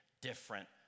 different